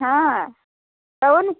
हँ कहु